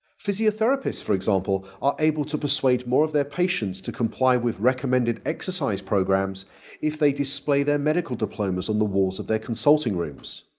physiotherapists for example are able to persuade more of their patients to comply with recommended exercise programs if they display their medical diplomas on the walls of their consulting rooms.